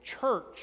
church